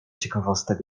ciekawostek